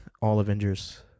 all-Avengers